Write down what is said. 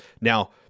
Now